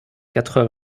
quatre